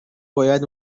باید